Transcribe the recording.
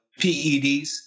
PEDs